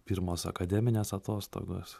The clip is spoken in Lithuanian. pirmos akademinės atostogos